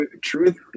Truth